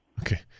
Okay